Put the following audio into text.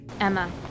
Emma